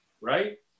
Right